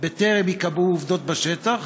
בטרם ייקבעו עובדות בשטח?